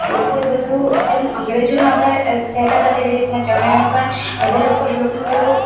લોકો એ બધું જેમ અંગ્રેજોને આપણે સહેતા હતા તેવી રીતના ચણવાઈમાં પણ બધા લોકો એ લોકોનું પેલું